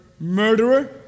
murderer